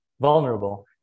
vulnerable